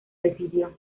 residió